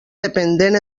dependent